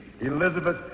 Elizabeth